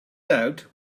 out